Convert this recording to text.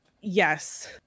Yes